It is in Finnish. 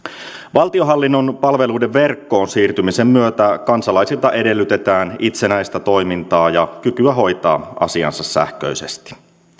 valtionhallinnon palveluiden verkkoon siirtymisen myötä kansalaisilta edellytetään itsenäistä toimintaa ja kykyä hoitaa asiansa sähköisesti